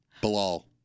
Bilal